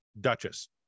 Duchess